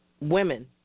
women